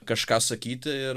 kažką sakyti ir